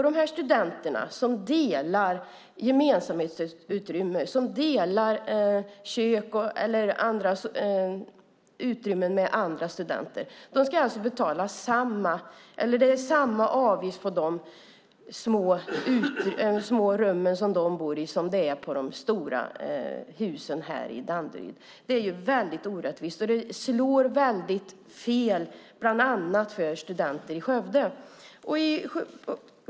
Det är alltså samma avgift på de små rum som studenter bor i som delar gemensamhetsutrymmen, kök och andra utrymmen, med andra studenter som det är på de stora husen i Danderyd. Det är väldigt orättvist. Det slår väldigt fel, bland annat för studenter i Skövde.